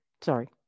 Sorry